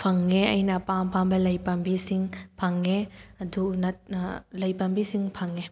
ꯐꯪꯉꯦ ꯑꯩꯅ ꯑꯄꯥꯝ ꯑꯄꯥꯝꯕ ꯂꯩ ꯄꯥꯝꯕꯤꯁꯤꯡ ꯐꯪꯉꯦ ꯑꯗꯨ ꯂꯩ ꯄꯥꯝꯕꯤꯁꯤꯡ ꯐꯪꯉꯦ